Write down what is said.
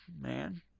man